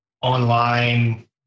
online